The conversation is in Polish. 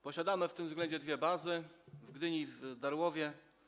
Posiadamy w tym względzie dwie bazy: w Gdyni i w Darłowie.